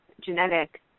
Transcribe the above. genetic